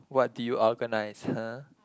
what do you organise huh